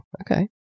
okay